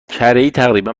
تقریبا